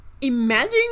Imagine